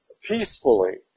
peacefully